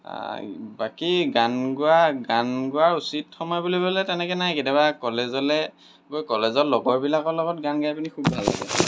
বাকী গান গোৱা গান গোৱাৰ উচিত সময় বুলিবলৈ তেনেকৈ নাই কেতিয়াবা কলেজলৈ গৈ কলেজত লগৰবিলাকৰ লগত গান গাই পিনি খুব ভাল লাগে